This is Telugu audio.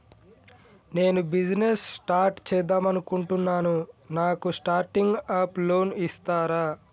నేను బిజినెస్ స్టార్ట్ చేద్దామనుకుంటున్నాను నాకు స్టార్టింగ్ అప్ లోన్ ఇస్తారా?